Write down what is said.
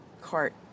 cart